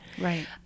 right